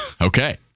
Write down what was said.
Okay